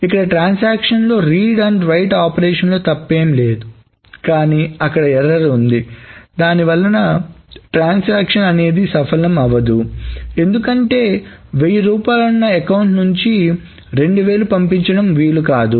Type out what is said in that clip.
ఇక్కడ ట్రాన్సాక్షన్ లో read and write ఆపరేషన్లలో తప్పేం లేదు కానీ అక్కడ ఎర్రర్ ఉంది దానివల్ల ట్రాన్సాక్షన్ అనేది సఫలం అవ్వదు ఎందుకంటే వెయ్యి రూపాయలు ఉన్న అకౌంట్ నుంచి 2000 పంపించడం వీలు కాదు